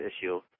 issue